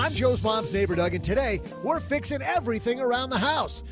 um joe's mom's neighbor, doug. and today we're fixing everything around the house.